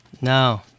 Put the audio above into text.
No